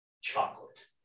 chocolate